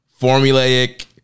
formulaic